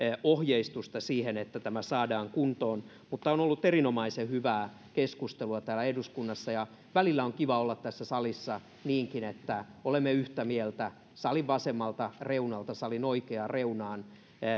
ohjeistusta niin että tämä saadaan kuntoon mutta on ollut erinomaisen hyvää keskustelua täällä eduskunnassa ja välillä on kiva olla tässä salissa niinkin että olemme yhtä mieltä salin vasemmalta reunalta salin oikeaan reunaan